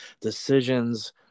Decisions